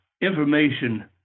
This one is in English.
information